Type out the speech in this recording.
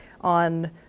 on